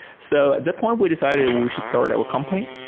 so at that point we decided we should start our company.